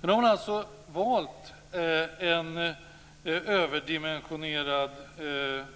Nu har man alltså valt en överdimensionerad